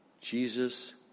Jesus